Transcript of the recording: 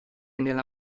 nella